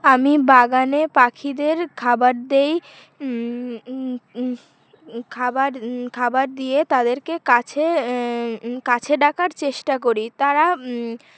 আমি বাগানে পাখিদের খাবার দেই খাবার খাবার দিয়ে তাদেরকে কাছে কাছে ডাকার চেষ্টা করি তারা